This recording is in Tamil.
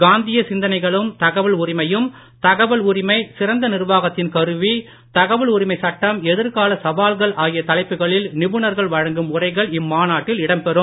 காந்திய சிந்தனைகளும் தகவல் உரிமையும் தகவல் உரிமை சிறந்த நிர்வாகத்தின் கருவி தகவல் உரிமை சட்டம் எதிர்கால சவால்கள் ஆகிய தலைப்புகளில் நிபுணர்கள் வழங்கும் உரைகள் இம்மாநாட்டில் இடம்பெறும்